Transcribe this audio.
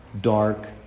dark